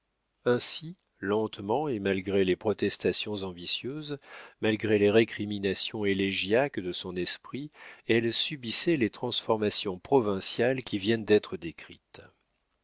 ainsi lentement et malgré les protestations ambitieuses malgré les récriminations élégiaques de son esprit elle subissait les transformations provinciales qui viennent d'être décrites